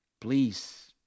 Please